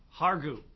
Hargu